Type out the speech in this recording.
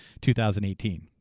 2018